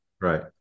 right